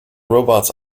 robots